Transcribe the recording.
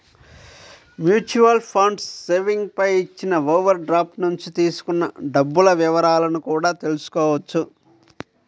mutual funds savings పై ఇచ్చిన overdraft నుంచి తీసుకున్న డబ్బుల వివరాలను కూడా తెల్సుకోవచ్చు